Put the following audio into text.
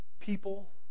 people